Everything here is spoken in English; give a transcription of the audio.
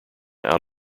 out